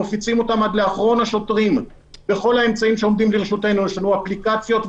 עשינו את הכול בקצב שלא מבייש אף ארגון אחר,